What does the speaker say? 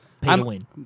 Pay-to-win